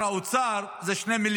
הוא אמר 4.3. ה-0.1 זה 2 מיליארד,